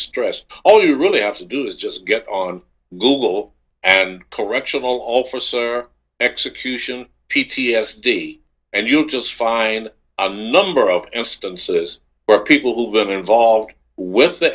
stress all you really have to do is just get on google and correctional officer execution p t s d and you just fine i'm a number of instances where people who've been involved with the